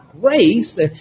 grace